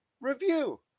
review